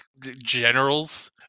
generals